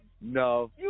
No